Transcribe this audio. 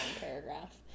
paragraph